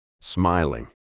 smiling